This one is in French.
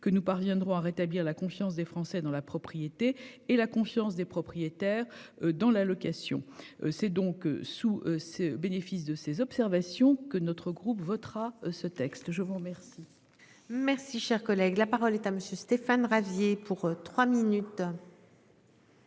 que nous parviendrons à rétablir la confiance des Français dans la propriété et la confiance des propriétaires dans la location c'est donc sous ses bénéfices de ces observations que notre groupe votera ce texte, je vous remercie. Merci, cher collègue, la parole est à monsieur Stéphane Ravier pour 3 minutes.